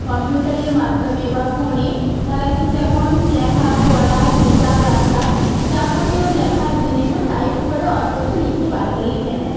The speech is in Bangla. কম্পিউটারের মাধ্যমে বা ফোনে তারা কিন্তু এখন লেখাপড়া হিসাব রাখা যাবতীয় লেখার জিনিসও টাইপ করে অন্তত লিখে বার কোর লিখে নেয়